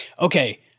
Okay